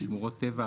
שמורות טבע,